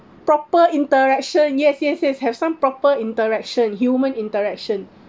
proper interaction yes yes yes have some proper interaction human interaction